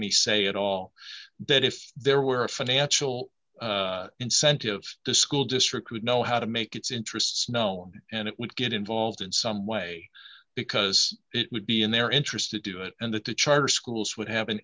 any say at all dead if there were financial incentives to school district would know how to make its interests know and it would get involved in some way because it would be in their interest to do it and that the charter schools would have an